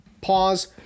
Pause